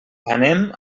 anem